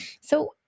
So-